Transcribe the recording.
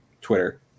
twitter